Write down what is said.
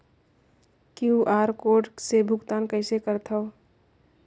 QR code से भुगतान कइसे करथव?